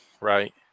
right